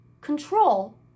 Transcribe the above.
control